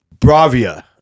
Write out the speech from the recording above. Bravia